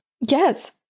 Yes